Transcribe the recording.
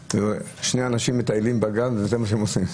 שני אנשים מטיילים בגן וזה מה שהם עושים.